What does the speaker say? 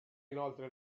inoltre